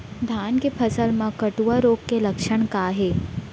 धान के फसल मा कटुआ रोग के लक्षण का हे?